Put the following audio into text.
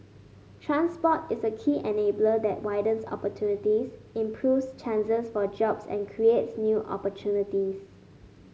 transport is a key enabler that widens opportunities improves chances for jobs and creates new opportunities